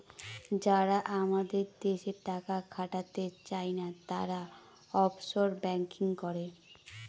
যারা আমাদের দেশে টাকা খাটাতে চায়না, তারা অফশোর ব্যাঙ্কিং করে